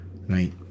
right